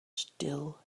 still